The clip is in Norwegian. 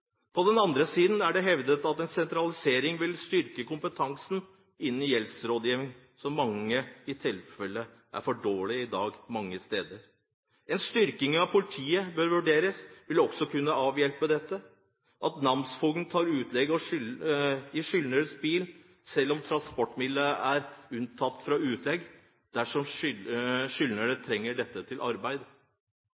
På den andre siden er det hevdet at en sentralisering vil kunne styrke kompetansen innen gjeldsrådgivning, som i mange tilfeller er for dårlig i dag. En styrking av politiet bør vurderes. Det vil også kunne avhjelpe dette. Ønsker vi å gå den veien at namsmannen tar utlegg i skyldners bil, selv om transportmiddel er unntatt fra utlegg dersom